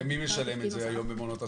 ומי משלם את זה במעונות הסמל?